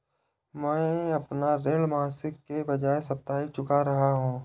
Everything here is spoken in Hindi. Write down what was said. मैं अपना ऋण मासिक के बजाय साप्ताहिक चुका रहा हूँ